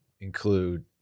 include